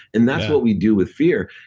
and that's what we do with fear.